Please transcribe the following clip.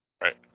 Right